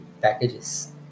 packages